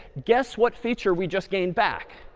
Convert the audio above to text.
guess what feature we just gain back?